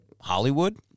Hollywood